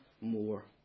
more